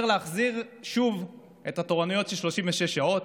זה אומר להחזיר שוב את התורנויות של 36 שעות,